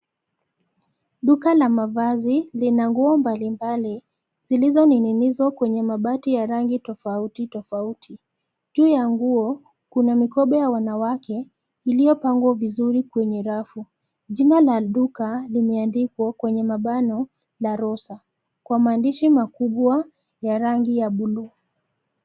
Duka la mavazi lina nguo mbali mbali zilizoning'inizwa kwenye mabati ya rangi tofauti tofauti. Juu ya nguo kuna mikoba ya wanawake iliyopangwa vizuri kwenye rafu. Jina la duka limeandikwa kwenye mabano (La Rosa) kwa maandishi makubwa ya rangi ya buluu.